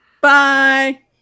Bye